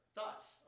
Thoughts